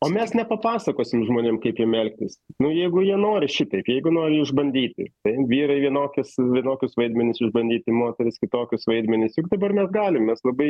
o mes nepapasakosim žmonėm kaip jiem elgtis nu jeigu jie nori šitaip jeigu nori išbandyti tai vyrai vienokius vienokius vaidmenis išbandyti moterys kitokius vaidmenis juk dabar mes galim mes labai